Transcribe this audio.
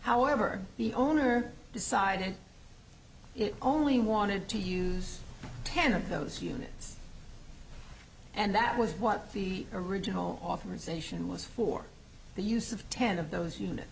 however the owner decided it only wanted to use ten of those units and that was what the original authorization was for the use of ten of those unit